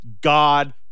God